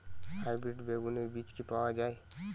Hybrid বেগুনের বীজ কি পাওয়া য়ায়?